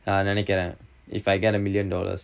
err நெனைக்குரன்:nenaikkuran if I get a million dollars